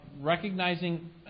recognizing